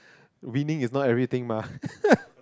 winning is not everything mah